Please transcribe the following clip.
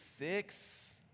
Six